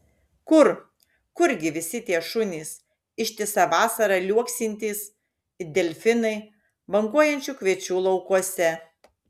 kur kurgi visi tie šunys ištisą vasarą liuoksintys it delfinai banguojančių kviečių laukuose